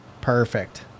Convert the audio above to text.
Perfect